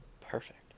Perfect